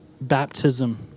baptism